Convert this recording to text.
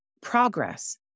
progress